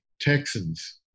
Texans